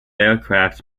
aircraft